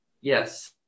Yes